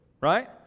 right